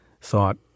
thought